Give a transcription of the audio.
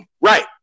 Right